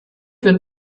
wird